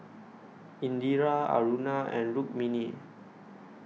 Indira Aruna and Rukmini